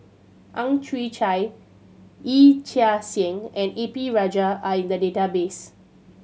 Ang Chwee Chai Yee Chia Hsing and A P Rajah are in the database